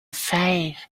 fire